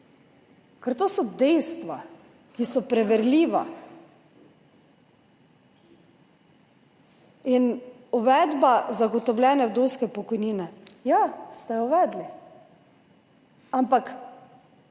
ker to so dejstva, ki so preverljiva. In uvedba zagotovljene vdovske pokojnine, ja, ste jo uvedli, ampak